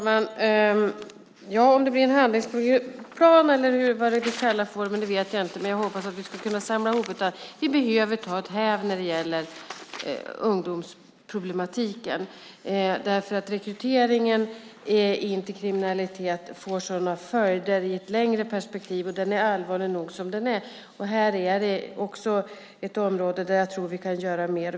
Fru talman! Ja, om det blir en handlingsplan eller vad vi ska kalla det vet jag inte, men jag hoppas att vi ska kunna samla ihop det här. Vi behöver ta ett häv när det gäller ungdomsproblematiken, därför att rekryteringen in till kriminalitet får sådana följder i ett längre perspektiv, och den är allvarlig nog som den är. Det här är ett område där jag tror att vi kan göra mer.